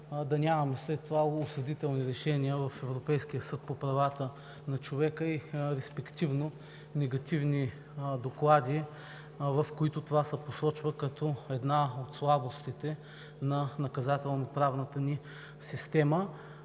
да нямаме след това осъдителни решения в Европейския съд по правата на човека, и респективно – негативни доклади, в които това се посочва като една от слабостите на наказателно-правната ни система.